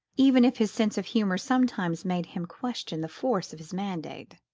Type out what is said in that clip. even if his sense of humour sometimes made him question the force of his mandate.